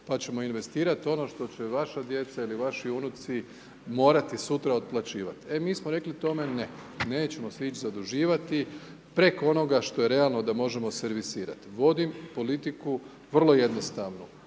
pa ćemo investirati ono što će vaša djeca ili vaši unuci morati sutra otplaćivati. E mi smo rekli tome, ne, nećemo se ići zaduživati, preko onoga što je realno da možemo servisirati. Vodim politiku vrlo jednostavnu,